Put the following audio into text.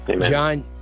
John